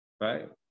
Right